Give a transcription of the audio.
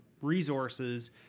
resources